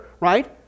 Right